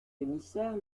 émissaire